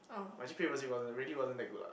my g_p_a wasn't really wasn't that good ah